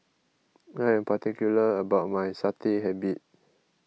I am particular about my Satay habit